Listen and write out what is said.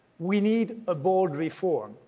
we need a bold reform.